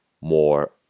more